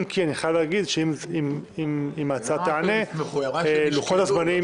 אם כי אני חייב להגיד שאם ההצעה תיענה אזי לוחות הזמנים יהיו קצרים.